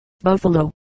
Buffalo